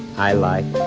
i like.